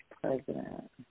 president